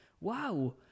wow